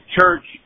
Church